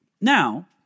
Now